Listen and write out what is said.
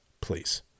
Please